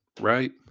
right